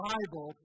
Bible